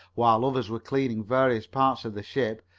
while others were cleaning various parts of the ship,